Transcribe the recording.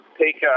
take